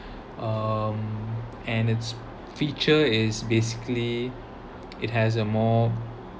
um and it feature is basically it has a more